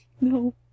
No